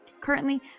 Currently